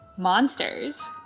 monsters